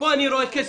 אני רואה כסף.